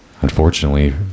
unfortunately